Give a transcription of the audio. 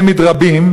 הם מתרבים,